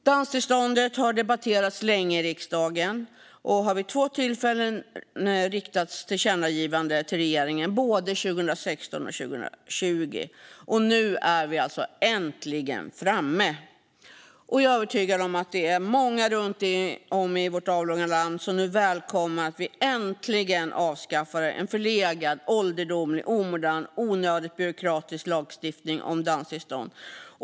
Danstillståndet har debatterats länge i riksdagen, och vid två tillfällen har tillkännagivanden riktats till regeringen, 2016 och 2020. Nu är vi alltså äntligen framme. Jag är övertygad om att många runt om i vårt avlånga land välkomnar att vi nu äntligen avskaffar en förlegad, ålderdomlig, omodern och onödigt byråkratisk lagstiftning om danstillstånd.